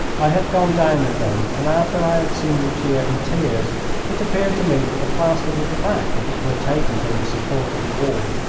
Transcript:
i had gone down with them, and after i had seen lucia in tears it appeared to me that the plaster would crack if it were taken from the support of the wall.